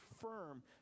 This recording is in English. firm